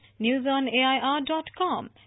newsonair.com